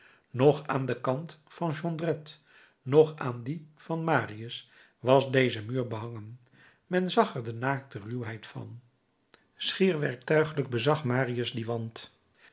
noch aan den kant van jondrette noch aan dien van marius was deze muur behangen men zag er de naakte ruwheid van schier werktuiglijk bezag marius